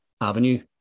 avenue